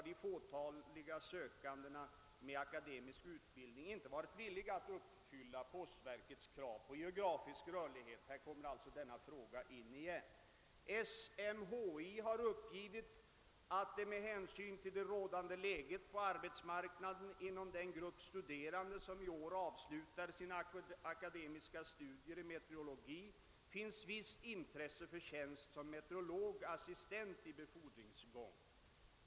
de fåtaliga sökandena med:.akademisk utbildning inte varit villiga att uppfylla postverkets krav på geografisk rörlighet — här kommer alltså denna fråga” in igen. SMHI har uppgivit att det på. grund av det rådande läget på arbetsmarknaden inom den grupp studerande som i år avslutar sina akademiska studier i meteorologi finns. visst intresse för tjänst som meteorologassistent i befordringsgång.